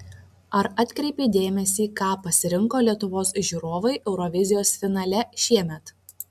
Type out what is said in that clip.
ar atkreipei dėmesį ką pasirinko lietuvos žiūrovai eurovizijos finale šiemet